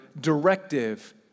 directive